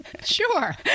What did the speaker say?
Sure